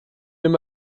nimm